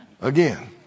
again